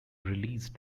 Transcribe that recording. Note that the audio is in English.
released